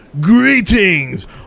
Greetings